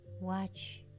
watch